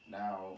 now